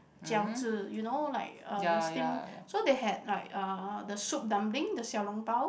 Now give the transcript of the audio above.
饺子 you know like uh the steam so they had like uh the soup dumpling the Xiao-Long-Bao